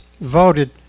voted